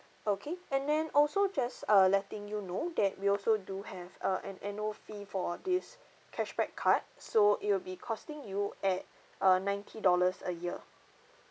okay and then also just uh letting you know that we also do have a an annual fee for this cashback card so it will be costing you at err ninety dollars a year